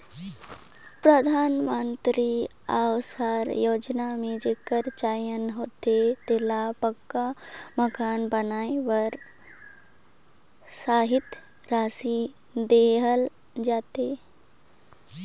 परधानमंतरी अवास योजना में जेकर चयन होथे तेला पक्का मकान बनाए बर सहेता रासि देहल जाथे